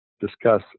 discuss